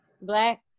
Black